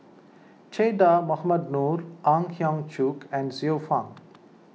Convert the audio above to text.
Che Dah Mohamed Noor Ang Hiong Chiok and Xiu Fang